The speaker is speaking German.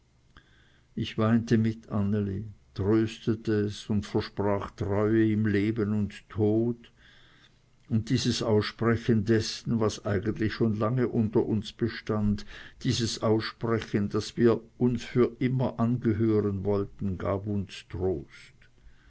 ich weinte mit anneli tröstete es und versprach treue im leben und tod und dieses aussprechen dessen was eigentlich schon lange unter uns bestund dieses aussprechen daß wir uns für immer angehören wollten gab uns trost